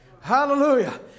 Hallelujah